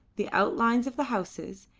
the outlines of the houses,